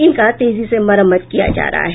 इनका तेजी से मरम्मत किया जा रहा है